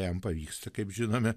jam pavyksta kaip žinome